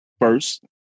first